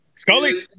Scully